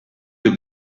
you